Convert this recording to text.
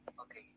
okay